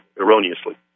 erroneously